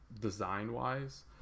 design-wise